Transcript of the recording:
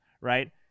right